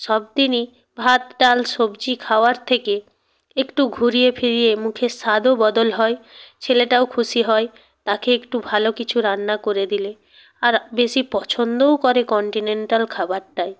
সবদিনই ভাত ডাল সবজি খাওয়ার থেকে একটু ঘুরিয়ে ফিরিয়ে মুখের স্বাদও বদল হয় ছেলেটাও খুশি হয় তাকে একটু ভালো কিছু রান্না করে দিলে আর বেশি পছন্দও করে কন্টিনেন্টাল খাবারটাই